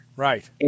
Right